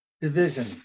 Division